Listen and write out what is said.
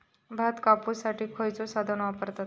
भात कापुसाठी खैयचो साधन वापरतत?